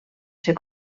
ser